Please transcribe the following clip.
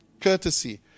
Courtesy